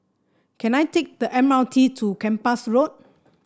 can I take the M R T to Kempas Road